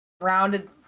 rounded